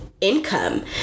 income